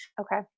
Okay